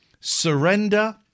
surrender